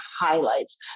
highlights